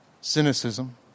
cynicism